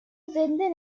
زنده